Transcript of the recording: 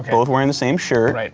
both wearing the same shirt,